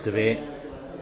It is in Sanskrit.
द्वे